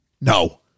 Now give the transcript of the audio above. No